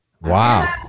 Wow